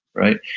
right?